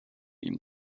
ihm